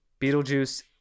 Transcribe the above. Beetlejuice